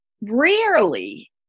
Rarely